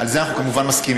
על זה אנחנו כמובן מסכימים.